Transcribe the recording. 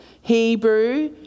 Hebrew